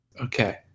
okay